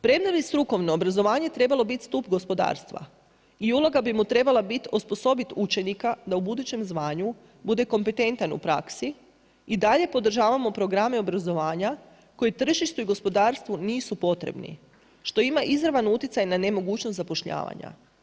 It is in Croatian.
Premda bi strukovno obrazovanje trebalo biti stup gospodarstva i uloga bi mu trebala biti osposobiti učenika da u budućem zvanju bude kompetentan u praksi i dalje podržavamo programe obrazovanja koji tržištu i gospodarstvu nisu potrebni, što ima izravan utjecaj na mogućnost zapošljavanja.